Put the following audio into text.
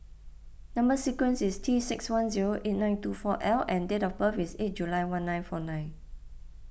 Number Sequence is T six one zero eight nine two four L and date of birth is eight July one nine four nine